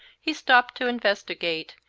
he stopped to investigate,